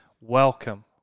Welcome